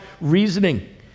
reasoning